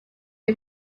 dai